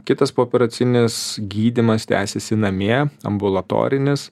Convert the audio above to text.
kitas pooperacinis gydymas tęsiasi namie ambulatorinis